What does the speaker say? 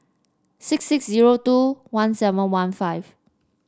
six six zero two one seven one five